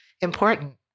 important